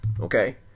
okay